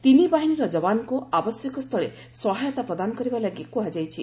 ତିନି ବାହିନୀର ଯବାନଙ୍କୁ ଆବଶ୍ୟକସ୍ଥଳେ ସହାୟତା ପ୍ରଦାନ କରିବା ଲାଗି କୁହାଯାଇଛି